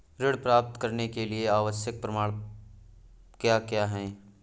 ऋण प्राप्त करने के लिए आवश्यक प्रमाण क्या क्या हैं?